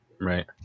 Right